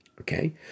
Okay